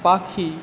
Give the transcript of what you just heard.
পাখি